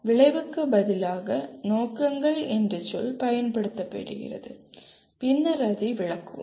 விளைவுக்கு பதிலாக நோக்கங்கள் என்ற சொல் பயன்படுத்தப்படுகிறது பின்னர் அதை விளக்குவோம்